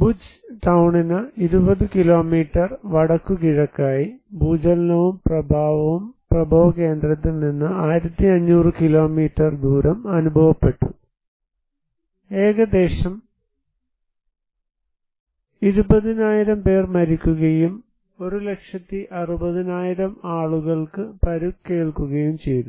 ഭുജ് ടൌണിന് 20 കിലോമീറ്റർ വടക്കുകിഴക്കായി ഭൂചലനവും പ്രഭാവവും പ്രഭവകേന്ദ്രത്തിൽ നിന്ന് 1500 കിലോമീറ്റർ ദൂരം അനുഭവപ്പെട്ടു ഏകദേശം 20000 പേർ മരിക്കുകയും 160000 ആളുകൾക്ക് പരിക്കേൽക്കുകയും ചെയ്തു